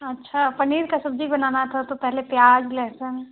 अच्छा पनीर का सब्जी बनाना था तो पहले प्याज लहसुन